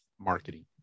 marketing